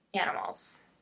animals